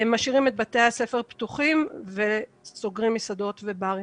משאירים את בתי הספר פתוחים וסוגרים מסעדות ובארים.